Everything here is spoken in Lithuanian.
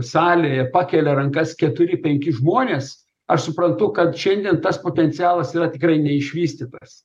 salėje pakelia rankas keturi penki žmonės aš suprantu kad šiandien tas potencialas yra tikrai neišvystytas